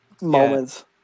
moments